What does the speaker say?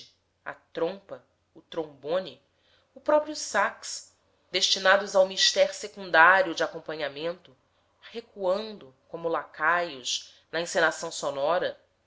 a trompa o trombone o próprio sax destinados ao mister secundário de acompanhamento recuando como lacaios na encenação sonora